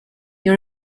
you